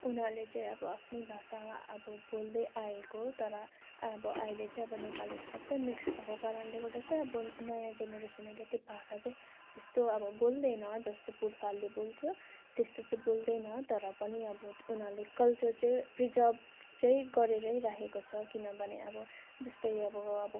उनीहरूले चाहिँ अब आफ्नो भाषा अब बोल्दै आएको तर अब अहिले चाहिँ नेपीलीहरू सब मिक्स भएको कारणले गर्दा चाहिँ अब नयाँ जेनेरेसनहरूले त्यो भाषा चाहिँ त्यस्तो अब बोल्दैन जस्तो पुर्खाहरूले बोल्थ्यो त्यस्तो चाहिँ बोल्दैन तर पनि अब उनीहरूले कल्चर चाहिँ प्रिजर्भ चाहिँ गरेर राखेको छ किनभने अब जस्तो अब अब